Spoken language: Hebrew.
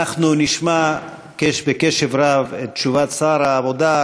אנחנו נשמע בקשב רב את תשובת שר העבודה,